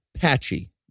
patchy